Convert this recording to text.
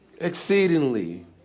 exceedingly